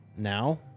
now